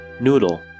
Noodle